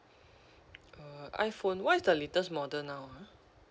uh iphone what is the latest model now ah